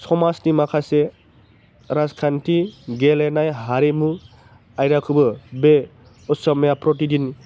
समाजनि माखासे राजखान्थि गेलेनाय हारिमु आयदाखौबो बे असमिया प्रतिदिन